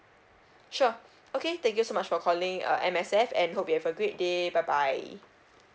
sure okay thank you so much for calling uh M_S_F and hope you have a great day bye bye